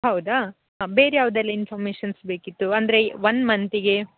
ಹೌದಾ ಹಾಂ ಬೇರೆ ಯಾವುದೆಲ್ಲ ಇನ್ಫಾರ್ಮೇಷನ್ಸ್ ಬೇಕಿತ್ತು ಅಂದರೆ ವನ್ ಮಂತಿಗೆ